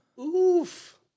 Oof